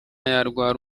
yarwara